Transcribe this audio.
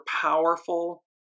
powerful